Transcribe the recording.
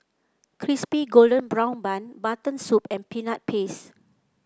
Crispy Golden Brown Bun Mutton Soup and Peanut Paste